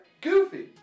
Goofy